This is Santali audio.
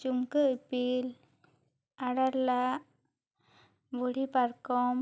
ᱪᱩᱢᱠᱟᱹ ᱤᱯᱤᱞ ᱟᱲᱮ ᱞᱟᱜ ᱵᱩᱲᱦᱤ ᱯᱟᱨᱠᱚᱢ